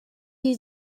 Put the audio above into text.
you